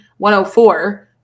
104